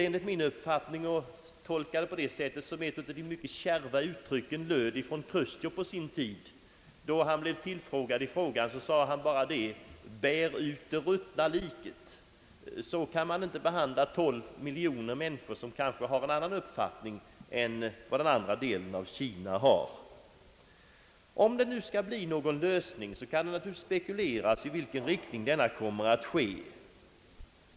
Enligt min uppfattning får det inte bli på det sätt som kom till uttryck i ett av de mycket kärva yttranden från Chrustjov på sin tid. Då han blev tillfrågad om denna sak sade han bara: »Bär ut det ruttna liket.» Så kan man inte behandla 12 miljoner människor, som har en annan uppfattning än den andra delen av Kina har. Om det skall bli någon lösning, kan det spekuleras i vilken riktning den skall gå.